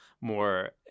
more